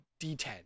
d10